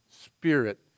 Spirit